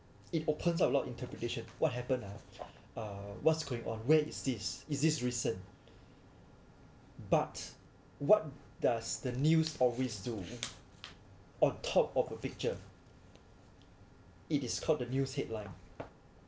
it opens up a lot interpretation what happen ah uh what's going on where is this is this recent but what does the news always do on top of a picture it is called the news headline